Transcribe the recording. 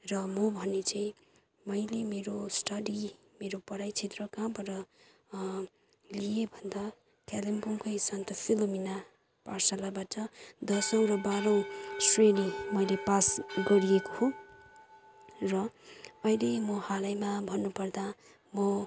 र म भने चाहिँ मैले मेरो स्टडी मेरो पढाइ क्षेत्र कहाँबाट लिएँ भन्दा कालिम्पोङकै सन्त फिलोमिना पाठशालाबाट दसौँ र बाह्रौँ श्रेणी मैले पास गरेको हो र अहिले म हालैमा भन्नुपर्दा म